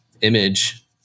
image